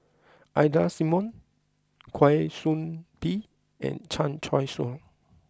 Ida Simmons Kwa Soon Bee and Chan Choy Siong